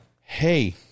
hey